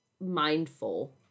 mindful